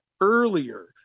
earlier